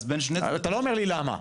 אז בין --- אתה לא אומר לי למה,